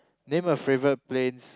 name a favourite place